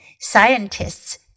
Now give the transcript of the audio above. Scientists